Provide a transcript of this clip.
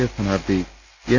A സ്ഥാനാർത്ഥി N